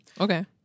Okay